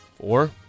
Four